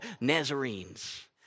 Nazarenes